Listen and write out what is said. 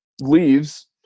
leaves